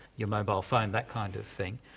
your mobile phone, that kind of thing.